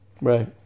Right